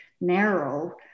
narrow